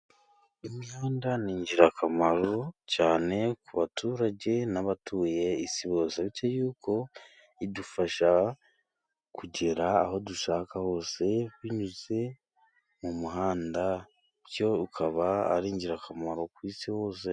Imihanda ni ingirakamaro cyane ku baturage n'abatuye isi bose kuko idufasha kugera aho dushaka hose binyuze mu muhanda, bityo ukaba ari ingirakamaro ku isi hose.